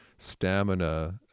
stamina